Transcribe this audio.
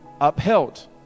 upheld